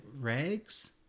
rags